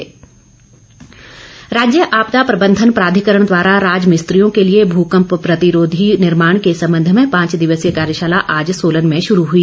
कार्यशाला राज्य आपदा प्रबंधन प्राधिकरण द्वारा राज मिस्त्रियों के लिए भूकंप प्रतिरोधी निर्माण के संबंध में पांच दिवसीय कार्यशाला आज सोलन में शुरू हुई